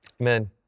Amen